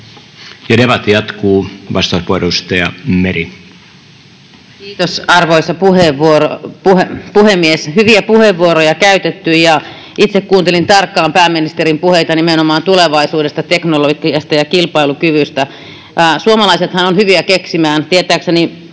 Jaettu ymmärrys työn murroksesta Time: 15:24 Content: Arvoisa puhemies! Hyviä puheenvuoroja käytetty, ja itse kuuntelin tarkkaan pääministerin puheita nimenomaan tulevaisuudesta, teknologiasta ja kilpailukyvystä. Suomalaisethan ovat hyviä keksimään, tietääkseni